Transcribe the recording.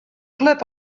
klup